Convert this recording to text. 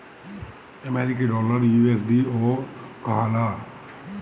अमरीकी डॉलर यू.एस.डी.ओ कहाला